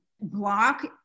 block